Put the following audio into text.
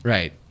Right